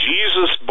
Jesus